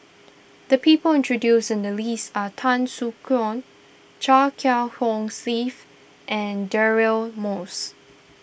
the people introduce in the list are Tan Soo Khoon Chia Kiah Hong Steve and Deirdre Moss